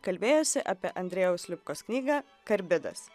kalbėjosi apie andrejaus lipkos knygą karbidas